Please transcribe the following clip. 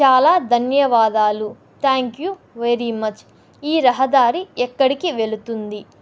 చాలా ధన్యవాదాలు thank you very much ఈ రహదారి ఎక్కడికి వెళుతుంది